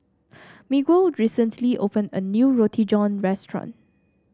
Miguel recently opened a new Roti John restaurant